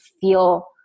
feel